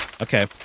Okay